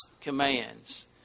commands